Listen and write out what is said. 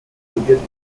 studierte